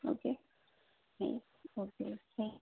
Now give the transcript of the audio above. okay thank you okay thank you